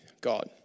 God